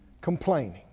complaining